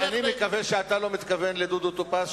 אני מקווה שאתה לא מתכוון לדודו טופז,